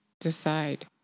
Decide